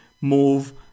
move